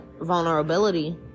vulnerability